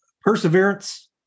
Perseverance